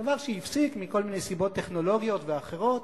דבר שנפסק מכל מיני סיבות טכנולוגיות ואחרות,